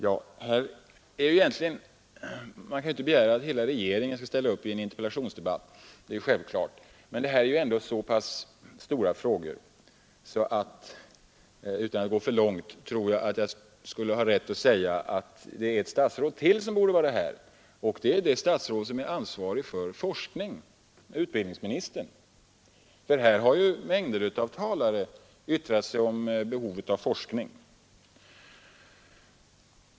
Man kan självfallet inte begära att hela regeringen skall ställa upp i en interpellationsdebatt, men detta gäller ändå så pass stora frågor att jag inte tror mig gå för långt när jag säger att ett statsråd till borde vara här, och det är det statsråd som har ansvaret för forskningen, utbildningsministern. Här har mängder av talare yttrat sig om behovet av forskning.